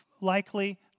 likely